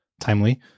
timely